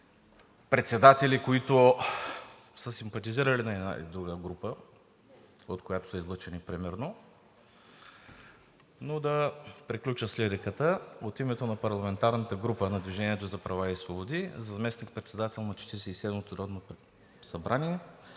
председатели, които са симпатизирали на една или друга група, от която са излъчени примерно. Но да приключа с лириката. От името на парламентарната група на „Движение за права и свободи“ за заместник-председател на Четиридесет